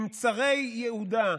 עם צרי יהודה,